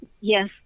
yes